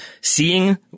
seeing